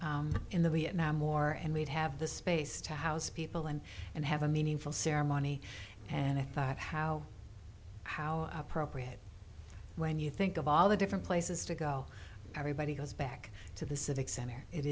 lives in the vietnam war and we'd have the space to house people and and have a meaningful ceremony and i thought how how appropriate when you think of all the different places to go everybody goes back to the civic center it